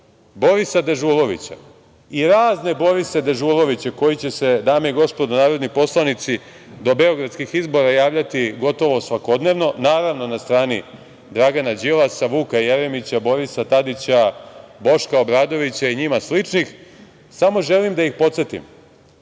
Borisa Dežulovića i razne Borise Dežuloviće koji će se, dame i gospodo narodni poslanici, do beogradskih izbora javljati gotovo svakodnevno naravno na strani Dragana Đilasa, Vuka Jeremića, Borisa Tadića, Boška Obradovića i njima sličnih, samo želim da ih podsetim